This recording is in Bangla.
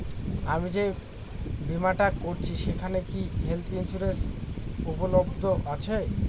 আমি যে বীমাটা করছি সেইখানে কি হেল্থ ইন্সুরেন্স উপলব্ধ আছে?